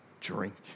drink